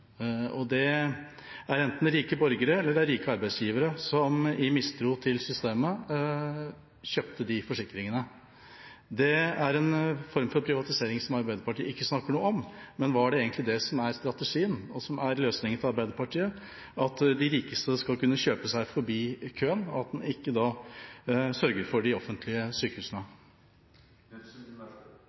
Det var enten rike borgere eller rike arbeidsgivere som i mistro til systemet kjøpte de forsikringene. Det er en form for privatisering som Arbeiderpartiet ikke snakker noe om. Men var det egentlig det som var strategien, og som er løsningen for Arbeiderpartiet, at de rikeste skal kunne kjøpe seg forbi køen, og at en ikke sørger for de offentlige sykehusene?